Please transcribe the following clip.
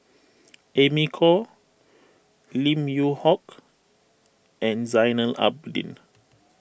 Amy Khor Lim Yew Hock and Zainal Abidin